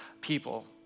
people